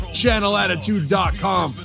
channelattitude.com